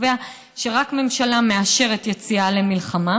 שקובע שרק ממשלה מאשרת יציאה למלחמה,